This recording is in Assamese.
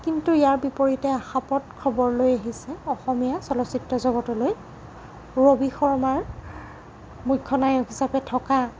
কিন্তু ইয়াৰ বিপৰীতে আশাপ্ৰদ খবৰ লৈ আহিছে অসমীয়া চলচ্চিত্ৰ জগতলৈ ৰবি শৰ্মাৰ মূখ্য নায়ক হিচাপে থকা